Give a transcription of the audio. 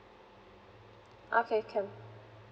okay can